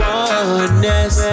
oneness